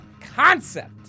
concept